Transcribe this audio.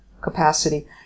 capacity